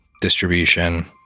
distribution